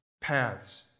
paths